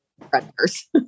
predators